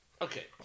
Okay